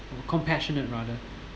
compassionate rather